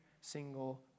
single